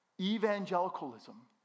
evangelicalism